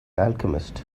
alchemist